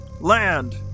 Land